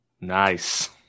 Nice